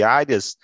áreas